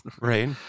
right